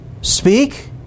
speak